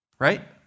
right